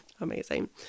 Amazing